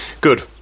Good